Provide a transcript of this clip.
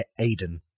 Aiden